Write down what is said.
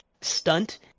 stunt